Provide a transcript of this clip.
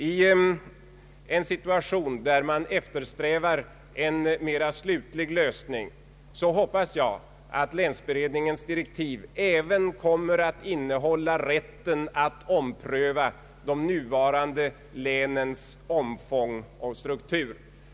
I en situation där man eftersträvar en mer slutlig lösning hoppas jag att länsberedningens prövning även kommer att innebära en omprövning av de nuvarande länens omfång och struktur.